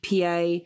PA